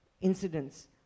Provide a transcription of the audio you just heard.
incidents